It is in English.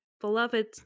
beloved